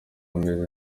meze